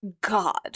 God